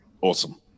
awesome